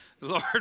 Lord